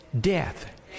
Death